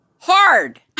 hard